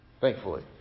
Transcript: thankfully